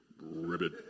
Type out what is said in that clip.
Ribbit